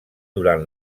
durant